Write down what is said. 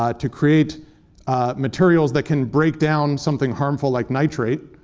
ah to create materials that can break down something harmful like nitrate.